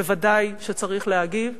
ודאי שצריך להגיב,